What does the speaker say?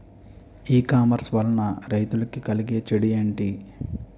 ఈ కామర్స్ వలన రైతులకి కలిగే చెడు ఎంటి?